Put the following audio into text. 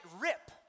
rip